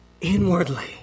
inwardly